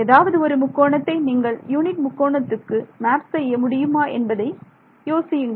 ஏதாவது ஒரு முக்கோணத்தை நீங்கள் யூனிட் முக்கோணத்துக்கு மேப் செய்ய முடியுமா என்பதை யோசியுங்கள்